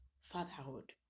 fatherhood